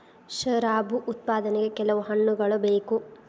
ಶರಾಬು ಉತ್ಪಾದನೆಗೆ ಕೆಲವು ಹಣ್ಣುಗಳ ಬೇಕು